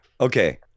Okay